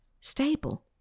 stable